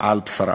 על בשרם.